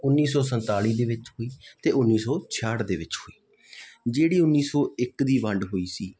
ਉੱਨੀ ਸੌ ਸੰਤਾਲੀ ਦੇ ਵਿੱਚ ਹੋਈ ਅਤੇ ਉੱਨੀ ਸੌ ਛਿਆਹਠ ਦੇ ਵਿੱਚ ਹੋਈ ਜਿਹੜੀ ਉੱਨੀ ਸੌ ਇੱਕ ਦੀ ਵੰਡ ਹੋਈ ਸੀ